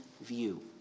view